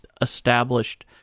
established